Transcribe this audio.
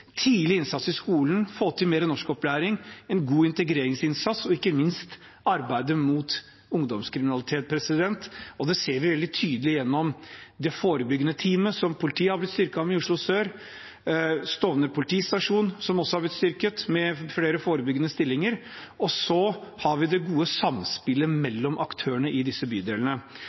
tidlig innsats i skolen, få til mer norskopplæring, en god integreringsinnsats og ikke minst arbeidet mot ungdomskriminalitet. Det siste ser vi veldig tydelig gjennom det forebyggende teamet som politiet har blitt styrket med i Oslo sør, og Stovner politistasjon, som også har blitt styrket med flere forebyggende stillinger, og så har vi det gode samspillet mellom aktørene i disse bydelene.